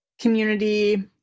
community